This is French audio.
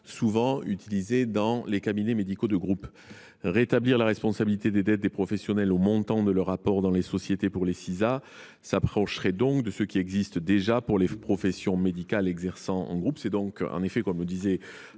souvent utilisées dans les cabinets médicaux de groupe. Rétablir la responsabilité des dettes des professionnels au montant de leur apport pour les Sisa s’approcherait donc de ce qui existe déjà pour les professions médicales exerçant en groupe. C’est en effet, comme le disait